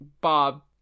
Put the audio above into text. Bob